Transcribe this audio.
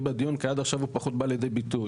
בדיון כי עד עכשיו הוא פחות בא לידי ביטוי.